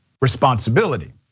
responsibility